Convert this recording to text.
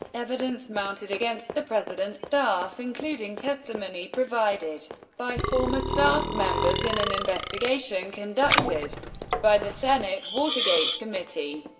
evidence mounted against the president's staff, including testimony provided by former staff members in an investigation conducted by the senate watergate committee.